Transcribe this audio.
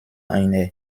einer